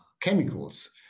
chemicals